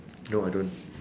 no I don't